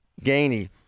Gainey